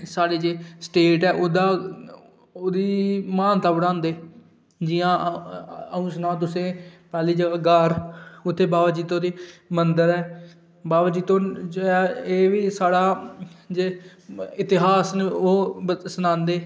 साढ़ी जो स्टेट ऐ ओह्दा ओह्दी महानता बधांदे जियां अंऊ सनांऽ तुसेंगी ग्हार उत्थें बावा जित्तो दा मंदर ऐ बावा जित्तो एह्बी साढ़ा जे इतिहास न ओह् सनांदे